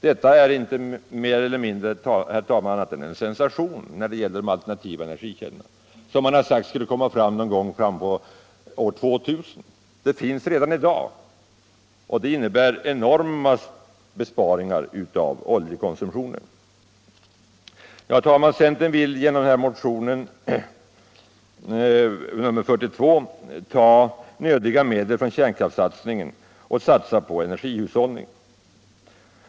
Det är ingenting mindre än en sensation när det gäller de alternativa energikällorna, som enligt vad det sagts skulle kunna komma fram först någon gång bortåt år 2000. De finns redan i dag, och om de utnyttjas medför de enorma besparingar i fråga om oljekonsumtionen. Herr talman! Centern vill genom motionen 2118 ta nödvändiga medel från kärnkraftssatsningen och satsa dem på energihushållning.